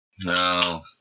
No